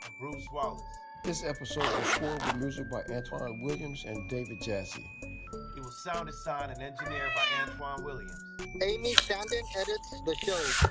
bruce wallace this episode was scored with music by antwan williams and david jassy it was sound designed so and and engineered by antwan williams amy standen edits the show.